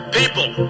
people